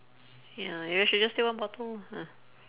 ya you should just take one bottle lah